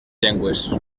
llengües